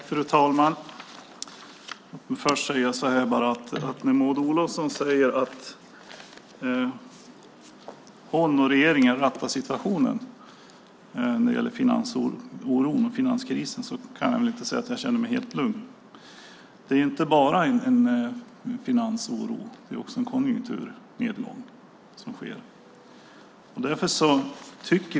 Fru talman! När Maud Olofsson säger att hon och regeringen rattar situationen när det gäller finansoron och finanskrisen kan jag inte säga att jag känner mig helt lugn. Det är inte bara en finansoro. Det är också en konjunkturnedgång som sker.